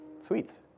sweets